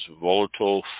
volatile